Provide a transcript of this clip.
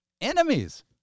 Enemies